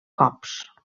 cops